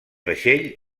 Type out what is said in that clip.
vaixell